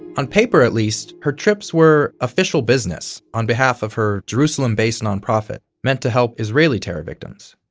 on paper, at least, her trips were official business on behalf of her jerusalem-based non-profit, meant to help israeli terror victims.